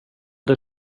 det